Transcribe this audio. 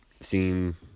seem